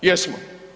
Jesmo.